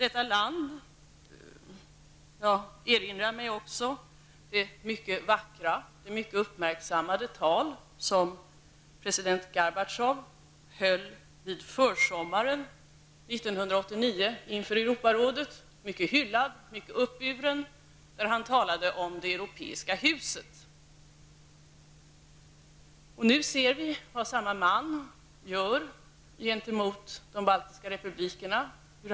Jag erinrar mig också det mycket vackra och uppmärksammade tal som president Gorbatjov, mycket hyllad och uppburen, höll på försommaren 1989 inför Europarådet. Han talade då om det europeiska huset. Nu ser vi vad samme man gör gentemot de baltiska republikerna.